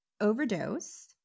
Overdose